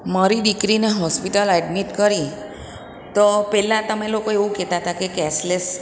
મારી દીકરીને hospital admit કરી તો પહેલાં તમે લોકો એવું કહેતા હતા કે કેશલેસ